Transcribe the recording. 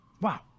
Wow